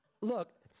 look